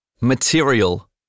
Material